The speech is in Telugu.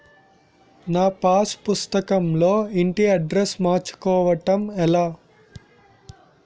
నా పాస్ పుస్తకం లో ఇంటి అడ్రెస్స్ మార్చుకోవటం ఎలా?